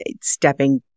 stepping